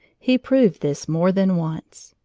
he proved this more than once.